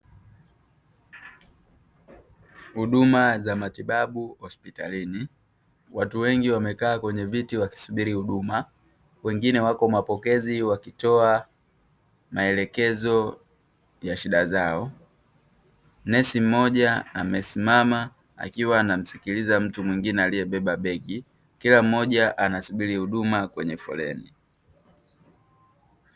Huduma za matibabu hospitalini. Watu wengi wamekaa kwenye viti wakisubiri huduma. Wengine wapo mapokezi wakitoa maelekezo ya shida zao. Nesi mmoja amesimama akiwa anamsikiliza mtu mwingine aliyebeba begi. Kila mmoja anasubiri huduma kwenye foleni.